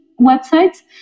websites